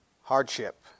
hardship